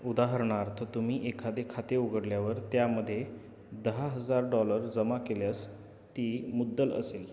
उदाहरणार्थ तुम्ही एखादे खाते उघडल्यावर त्यामध्ये दहा हजार डॉलर जमा केल्यास ती मुद्दल असेल